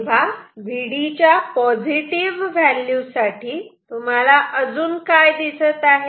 तेव्हा Vd च्या positive value साठी तुम्हाला अजून काय दिसत आहे